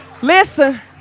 listen